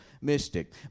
mystic